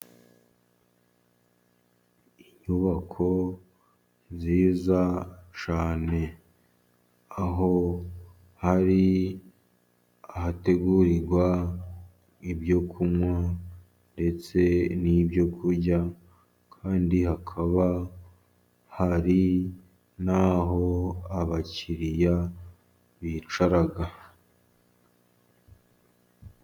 Inyubako nziza cyane aho hari ahategurirwa ibyo kunywa, ndetse n'ibyo kurya ,kandi hakaba hari nahoho abakiriya bicara.